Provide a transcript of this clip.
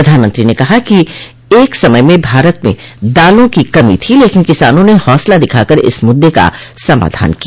प्रधानमंत्री ने कहा कि एक समय में भारत में दालों की कमी थी लेकिन किसानों ने हौसला दिखाकर इस मुद्दे का समाधान किया